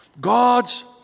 God's